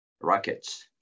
rockets